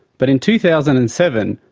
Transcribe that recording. but in two thousand and seven,